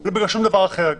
לא בגלל שום דבר אחר.